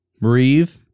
Breathe